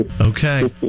Okay